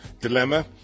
dilemma